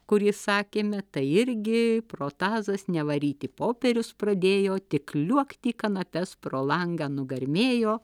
kurį sakėme tai irgi protazas nevaryti popierius pradėjo tik liuokt į kanapes pro langą nugarmėjo